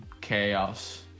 chaos